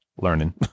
Learning